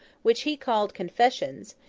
which he called confessions,